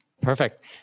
Perfect